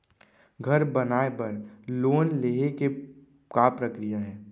घर बनाये बर लोन लेहे के का प्रक्रिया हे?